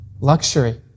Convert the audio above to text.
luxury